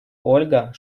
ольга